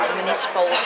municipal